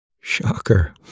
shocker